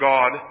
God